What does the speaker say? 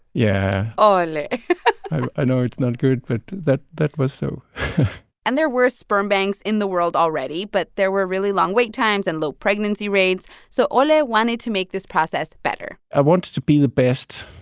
yeah ah ole i know it's not good, but that that was so and there were sperm banks in the world already, but there were really long wait times and low pregnancy rates. so ole wanted to make this process better i wanted to be the best.